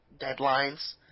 deadlines